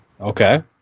Okay